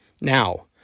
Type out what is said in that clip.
Now